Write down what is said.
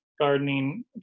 gardening